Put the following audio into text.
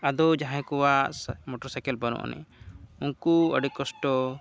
ᱟᱫᱚ ᱡᱟᱦᱟᱸᱭ ᱠᱚᱣᱟᱜ ᱢᱚᱴᱚᱨ ᱥᱟᱭᱠᱮᱞ ᱵᱟᱹᱱᱩᱜ ᱟᱹᱱᱤᱡ ᱩᱱᱠᱩ ᱟᱹᱰᱤ ᱠᱚᱥᱴᱚ